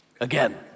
Again